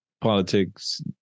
politics